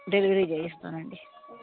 delivery చేస్తాను అండి